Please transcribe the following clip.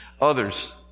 Others